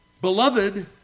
Beloved